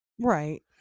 right